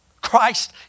Christ